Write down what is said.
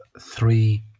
three